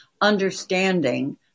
understanding